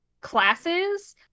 classes